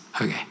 Okay